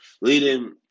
Leading